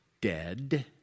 dead